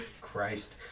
Christ